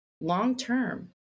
long-term